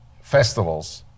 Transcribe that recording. festivals